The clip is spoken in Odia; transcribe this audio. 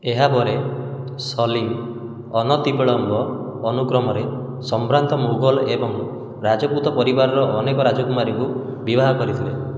ଏହାପରେ ସଲିମ୍ ଅନତିବିଳମ୍ବ ଅନୁକ୍ରମରେ ସମ୍ଭ୍ରାନ୍ତ ମୋଗଲ୍ ଏବଂ ରାଜପୁତ ପରିବାରର ଅନେକ ରାଜକୁମାରୀଙ୍କୁ ବିବାହ କରିଥିଲେ